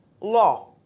law